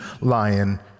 lion